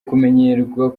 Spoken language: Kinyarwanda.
kumenyerwa